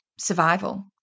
survival